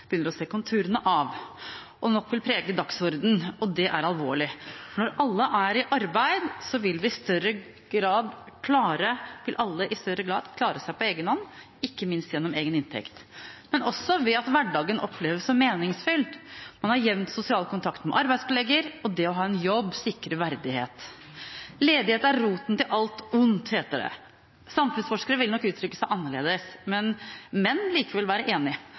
begynner å se konturene av. Det vil prege dagsordenen, og det er alvorlig. Når alle er i arbeid, vil de i større grad klare seg på egen hånd, ikke minst gjennom egen inntekt, men også ved at hverdagen oppleves som meningsfull. Man har jevn sosial kontakt med arbeidskolleger, og det å ha en jobb sikrer verdighet. Ledighet er roten til alt ondt, heter det. Samfunnsforskere vil nok uttrykke seg annerledes, men likevel være enig.